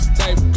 type